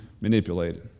manipulated